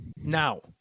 Now